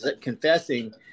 confessing